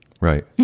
Right